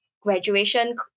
graduation